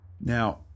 Now